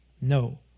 No